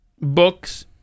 books